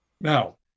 Now